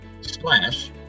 slash